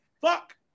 fuck